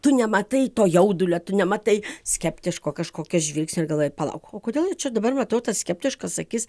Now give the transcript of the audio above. tu nematai to jaudulio tu nematai skeptiško kažkokio žvilgsnio ir galvoji palauk o kodėl jie čia dabar matau tas skeptiškas akis